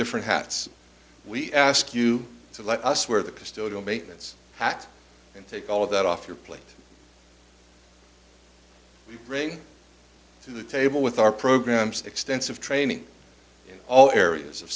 different hats we ask you to let us where the custodial maintenance act and take all of that off your plate we bring to the table with our programs extensive training in all areas of